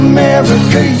America